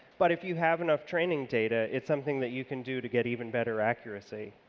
but if you have enough training data, it's something that you can do to get even better accuracy.